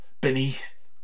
beneath